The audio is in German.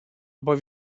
aber